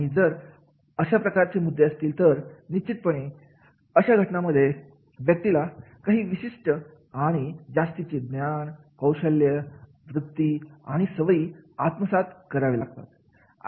आणि जर अशा प्रकारचे मुद्दे असतील तर निश्चितपणे अशा घटनांमध्ये व्यक्तीला काही विशिष्ट आणि जास्तीचे ज्ञान कौशल्य वृत्ती आणि सवयी आत्मसात करावे लागतात